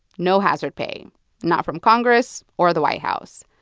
no hazard pay not from congress or the white house.